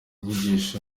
nyigisho